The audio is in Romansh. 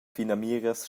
finamiras